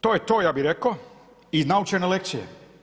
To je to ja bi reko, i naučene lekcije.